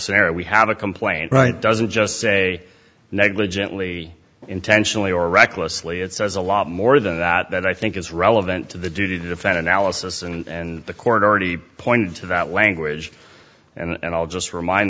scenario we had a complaint right doesn't just say negligently intentionally or recklessly it says a lot more than that i think is relevant to the duty to defend analysis and the court already pointed to that language and i'll just remind